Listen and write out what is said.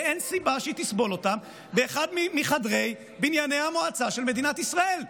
ואין סיבה שהיא תסבול אותם באחד מחדרי בנייני המועצה של מדינת ישראל,